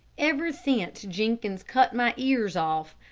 ever since jenkins cut my ears off,